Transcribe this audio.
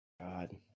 God